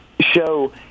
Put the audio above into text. show